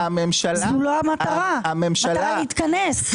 לא המטרה, אתה הרי מתכנס.